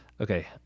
okay